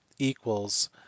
equals